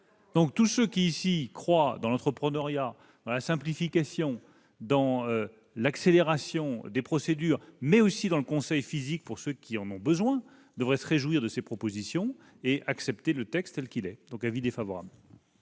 ! Tous ceux qui croient ici à l'entrepreneuriat, à la simplification et à l'accélération des procédures, mais aussi au conseil physique pour ceux qui en ont besoin devraient donc se réjouir de ces propositions et accepter le texte tel qu'il est. L'avis est donc défavorable